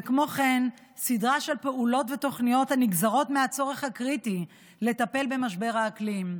וכן סדרה של פעולות ותוכניות הנגזרות מהצורך הקריטי לטפל במשבר האקלים.